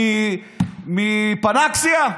מפנאקסיה?